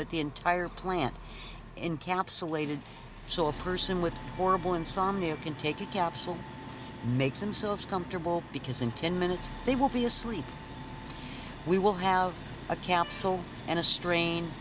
but the entire plant encapsulated so a person with horrible insomnia can take a capsule make themselves comfortable because in ten minutes they will be asleep we will have a capsule and a strain